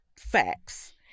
facts